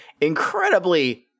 incredibly